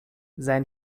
sein